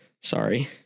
Sorry